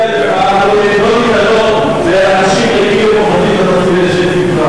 אני מציע לך לא להיתלות באנשים ריקים ופוחזים שסביבך.